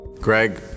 Greg